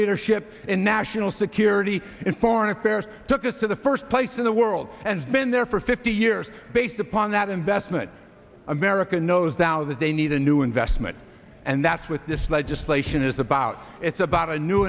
leadership in national security in foreign affairs took us to the first place in the world and been there for fifty years based upon that investment america knows now that they need a new investment and that's what this legislation is about it's about a new